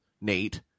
Nate